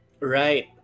right